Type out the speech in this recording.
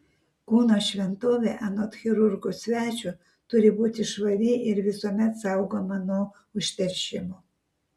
kūno šventovė anot chirurgų svečio turi būti švari ir visuomet saugoma nuo užteršimo